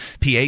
pa